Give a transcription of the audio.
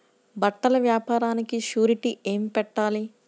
బట్టల వ్యాపారానికి షూరిటీ ఏమి పెట్టాలి?